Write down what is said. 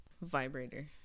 Vibrator